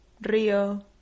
Rio